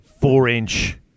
four-inch